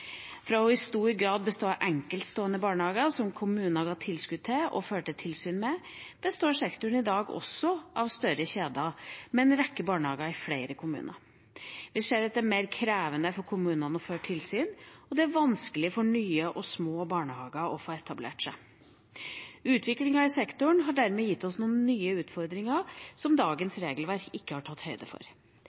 i store deler av landet. Fra i stor grad å bestå av enkeltstående barnehager som kommunene ga tilskudd til og førte tilsyn med, består sektoren i dag også av større kjeder med en rekke barnehager i flere kommuner. Vi ser at det er mer krevende for kommunene å føre tilsyn, og det er vanskelig for nye og små barnehager å få etablert seg. Utviklingen i sektoren har dermed gitt oss noen nye utfordringer som dagens regelverk ikke har tatt høyde for.